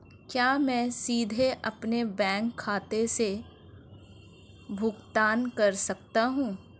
क्या मैं सीधे अपने बैंक खाते से भुगतान कर सकता हूं?